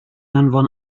anfon